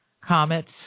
comets